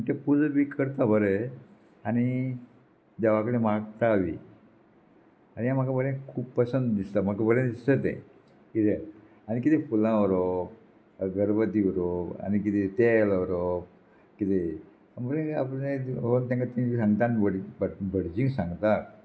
पूण ते पुजा बी करता बरे आनी देवा कडेन मागता बी आनी हें म्हाका बरें खूब पसंद दिसता म्हाका बरें दिसता तें कितें आनी कितें फुलां व्हरप गर्भवती उरप आनी किदें तेल व्हरप कितें आपलें तेंका तें सांगता आनी भटजीक सांगता